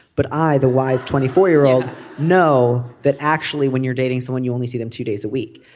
but i. the wise twenty four year old know that actually when you're dating someone you only see them two days a week.